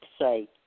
say